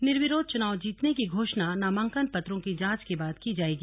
निर्विरोध चुनाव जीतने की घोषणा नामांकन पत्रों की जांच के बाद की जाएगी